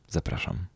Zapraszam